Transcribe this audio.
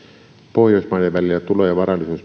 pohjoismaiden välillä tulo ja varallisuusveroja